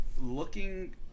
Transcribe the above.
looking